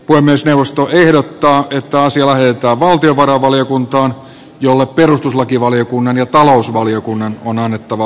puhemiesneuvosto ehdottaa että asia lähetetään valtiovarainvaliokuntaan jolle perustuslakivaliokunnan ja talousvaliokunnan on annettava